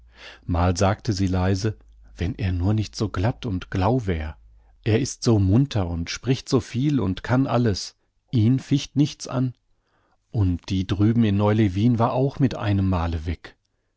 mal sagte sie leise wenn er nur nicht so glatt und glau wär er ist so munter und spricht so viel und kann alles ihn ficht nichts an und die drüben in neu lewin war auch mit einem male weg